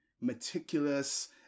meticulous